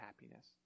happiness